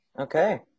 Okay